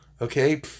Okay